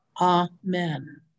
Amen